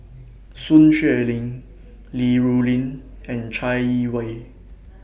Sun Xueling Li Rulin and Chai Yee Wei